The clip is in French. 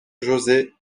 josé